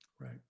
Right